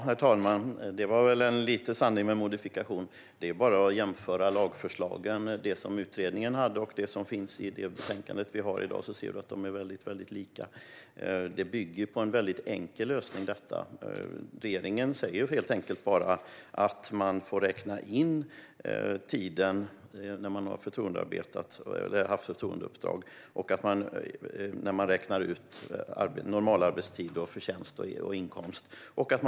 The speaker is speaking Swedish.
Herr talman! Det var väl lite grann en sanning med modifikation. Det är bara att jämföra lagförslagen, alltså det utredningen lade fram och det som finns i betänkandet vi debatterar i dag. Då ser man att de är väldigt lika. Detta bygger på en väldigt enkel lösning. Regeringen säger helt enkelt att man får räkna in den tid som man har haft förtroendeuppdrag när man räknar ut normalarbetstid, förtjänst och inkomst.